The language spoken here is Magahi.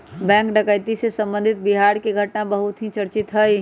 बैंक डकैती से संबंधित बिहार के घटना बहुत ही चर्चित हई